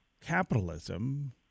capitalism